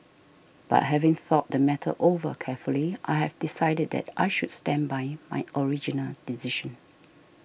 but having thought the matter over carefully I have decided that I should stand by my original decision